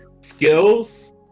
skills